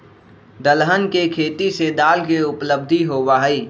दलहन के खेती से दाल के उपलब्धि होबा हई